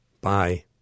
Bye